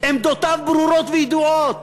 עמדותיו ברורות וידועות,